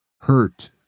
hurt